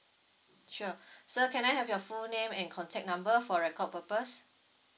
sure sir can I have your full name and contact number for record purpose